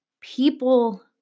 people